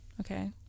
Okay